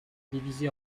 divisée